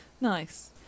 Nice